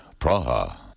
Praha